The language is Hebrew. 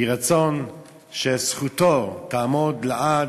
יהי רצון שזכותו תעמוד לעד